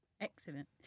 Excellent